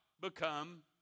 become